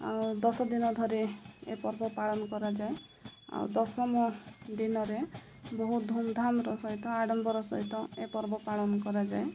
ଆଉ ଦଶଦିନ ଧରି ଏ ପର୍ବ ପାଳନ କରାଯାଏ ଆଉ ଦଶମ ଦିନରେ ବହୁତ ଧୁମ୍ଧାମ୍ର ସହିତ ଆଡ଼ମ୍ବର ସହିତ ଏ ପର୍ବ ପାଳନ କରାଯାଏ